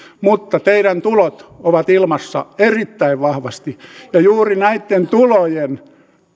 mutta teillä tulot ovat ilmassa erittäin vahvasti ja juuri näitten tulojen